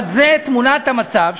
אבל זו תמונת המצב,